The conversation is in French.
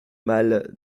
mal